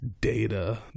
data